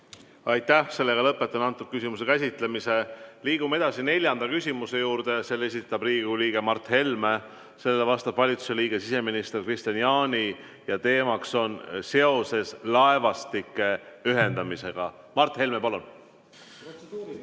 Aitäh! Lõpetan selle küsimuse käsitlemise. Liigume edasi neljanda küsimuse juurde, mille esitab Riigikogu liige Mart Helme. Sellele vastab valitsuse liige siseminister Kristian Jaani ja teemaks on laevastike ühendamine. Mart Helme, palun!